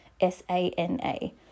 S-A-N-A